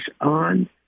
on